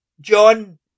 John